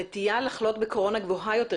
הנטייה לחלות בקורונה גבוהה יותר.